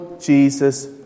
Jesus